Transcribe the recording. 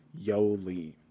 yoli